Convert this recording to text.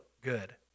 good